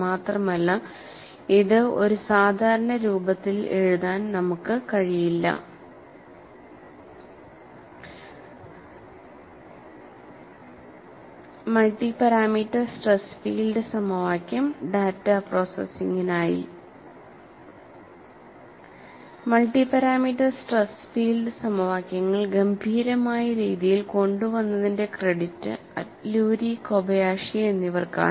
മാത്രമല്ല ഇത് ഒരു സാധാരണ രൂപത്തിൽ എഴുതാൻ നമുക്ക് കഴിയില്ല മൾട്ടി പാരാമീറ്റർ സ്ട്രെസ് ഫീൽഡ് സമവാക്യം ഡാറ്റ പ്രോസസ്സിംഗിനായി മൾട്ടി പാരാമീറ്റർ സ്ട്രെസ് ഫീൽഡ് സമവാക്യങ്ങൾ ഗംഭീരമായ രീതിയിൽ കൊണ്ടു വന്നതിന്റെ ക്രെഡിറ്റ് അറ്റ്ലൂരി കോബയാഷി എന്നിവർക്കാണ്